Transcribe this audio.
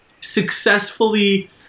successfully